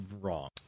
wrong